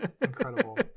Incredible